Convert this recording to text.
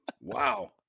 Wow